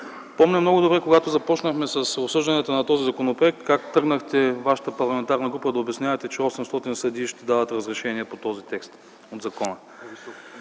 Помня много добре, когато започнахме обсъжданията на този законопроект, как вашата парламентарна група тръгнахте да обяснявате, че 800 съдилища ще дават разрешение по този текст от закона.